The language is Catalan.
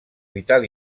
vital